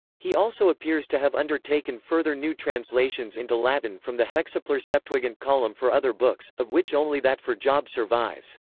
he also appears to have undertaken further new translations into latin from the hexaplar septuagint column for other books, of which only that for job survives.